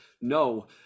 no